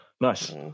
Nice